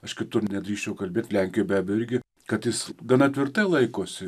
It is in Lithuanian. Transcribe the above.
aš kitur nedrįsčiau kalbėt lenkijoj be abejo irgi kad jis gana tvirtai laikosi